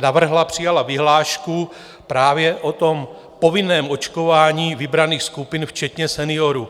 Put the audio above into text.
navrhla, přijala vyhlášku právě o povinném očkování vybraných skupin včetně seniorů.